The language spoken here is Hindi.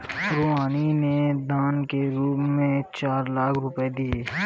रूहानी ने दान के रूप में चार लाख रुपए दिए